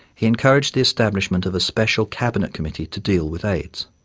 he encouraged the establishment of a special cabinet committee to deal with aids.